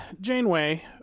Janeway